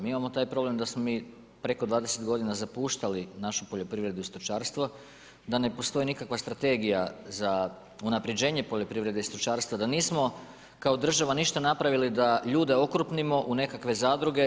Mi imamo taj problem da smo mi preko 20 godina zapuštali našu poljoprivredu i stočarstvo, da ne postoji nikakva strategija za unapređenje poljoprivrede i stočarstva, da nismo kao država ništa napravili da ljudi okrupnimo u nekakve zadruge.